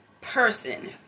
person